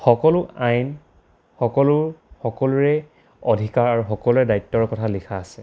সকলো আইন সকলো সকলোৰে অধিকাৰ আৰু সকলোৰে দায়িত্বৰ কথা লিখা আছে